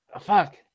fuck